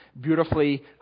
beautifully